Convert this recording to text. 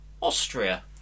Austria